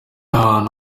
ahantu